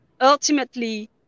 ultimately